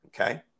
Okay